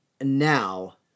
now